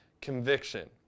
conviction